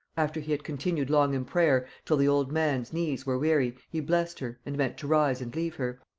after he had continued long in prayer, till the old man's knees were weary, he blessed her and meant to rise and leave her.